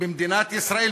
במדינת ישראל,